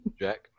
Jack